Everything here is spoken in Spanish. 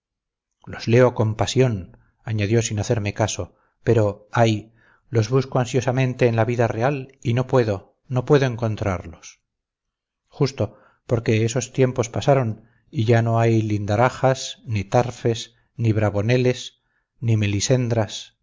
los leo con pasión añadió sin hacerme caso pero ay los busco ansiosamente en la vida real y no puedo no puedo encontrarlos justo porque esos tiempos pasaron y ya no hay lindarajas ni tarfes ni bravoneles ni